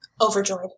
Overjoyed